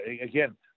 Again